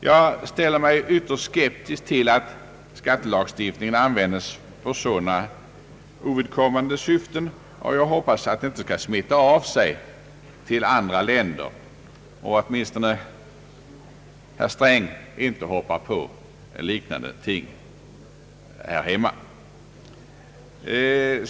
Jag ställer mig ytterst skeptisk till att skattelagstiftningen används för sådana ovidkommande syften. Jag hoppas att det inte skall smitta av sig till andra länder, och att åtminstone inte herr Sträng hoppar på liknande ting här hemma.